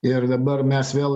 ir dabar mes vėl